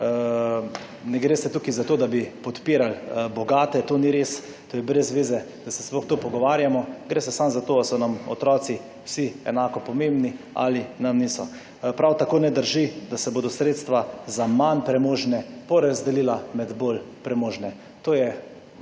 Ne gre se tukaj za to, da bi podpirali bogate, to ni res, to je brez zveze, da se sploh to pogovarjamo. Gre se samo za to ali so nam otroci vsi enako pomembni ali nam niso. Prav tako ne drži, da se bodo sredstva za manj premožne porazdelila med bolj premožne. To je